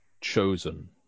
chosen